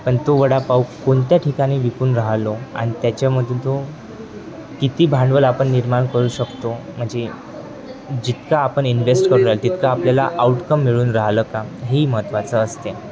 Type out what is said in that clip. पण तो वडापाव कोणत्या ठिकाणी विकून राहलो आणि त्याच्यामधून तो किती भांडवल आपण निर्माण करू शकतो म्हणजे जितका आपण इन्व्हेस्ट करू ना तितकं आपल्याला आउटकम मिळून राह्यलं का हेही महत्त्वाचं असते